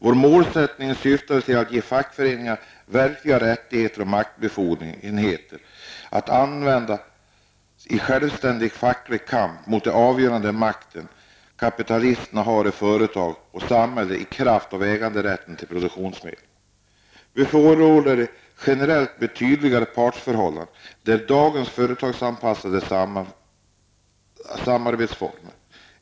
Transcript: Vår målsättning syftade till att ge fackföreningarna verkliga rättigheter och maktbefogenheter. Dessa skulle användas i självständig facklig kamp mot den avgörande makt som kapitalisterna har i företagen och i samhället i kraft av äganderätten till produktionsmedlen. Vi förordar generellt mer tydliga partsförhållanden än dagens företagsanpassande samarbetsformer.